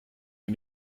les